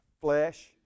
flesh